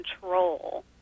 control